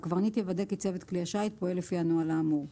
הקברניט יוודא כי צוות כלי השיט פועל לפי הנוהל האמור.